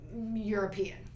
European